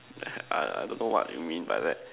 I don't know what you mean by that